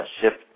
shift